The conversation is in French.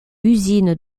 usine